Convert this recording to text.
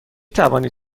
توانید